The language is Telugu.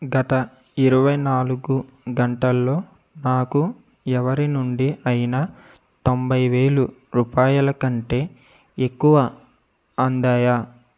గత ఇరవైనాలుగు గంటలలో నాకు ఎవరి నుండి అయినా తొంభై వేలు రూపాయలు కంటే ఎక్కువ అందాయా